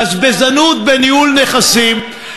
בזבזנות בניהול נכסים,